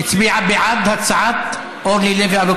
בעד,